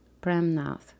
Premnath